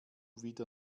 wieder